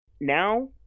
now